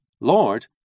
Lord